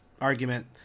argument